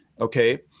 Okay